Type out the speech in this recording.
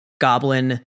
Goblin